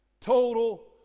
total